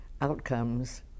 outcomes